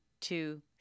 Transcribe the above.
two